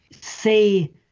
say